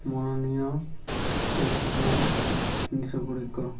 ମନ ଏସବୁ ଜିନିଷଗୁଡ଼ିକ